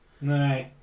no